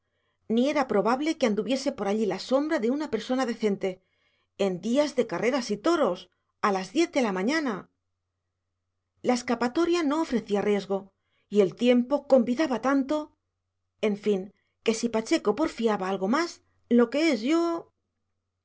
ni era probable que anduviese por allí la sombra de una persona decente en día de carreras y toros a las diez de la mañana la escapatoria no ofrecía riesgo y el tiempo convidaba tanto en fin que si pacheco porfiaba algo más lo que es yo